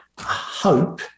hope